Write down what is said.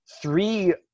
three